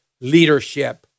leadership